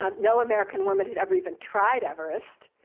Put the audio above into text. um no american woman had ever eve and tried everest,